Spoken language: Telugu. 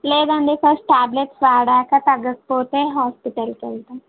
లేదండి ఫస్ట్ ట్యాబ్లెట్స్ వాడాక తగ్గకపోతే హాస్పిటల్కి వెళ్తాను